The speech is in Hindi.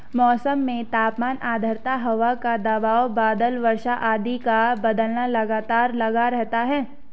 मौसम में तापमान आद्रता हवा का दबाव बादल वर्षा आदि का बदलना लगातार लगा रहता है